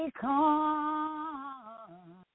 come